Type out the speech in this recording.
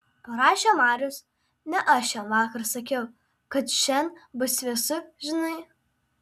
parašė marius ne aš jam vakar sakiau kad šian bus vėsu žinai